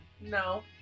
No